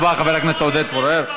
תודה רבה, חבר הכנסת עודד פורר.